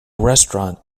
restaurant